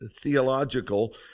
theological